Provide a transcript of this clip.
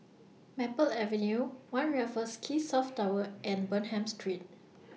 Maple Avenue one Raffles Quay South Tower and Bonham Street